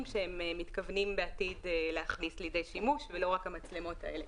שהם מתכוונים בעתיד להכניס לידי שימוש ולא רק המצלמות האלה.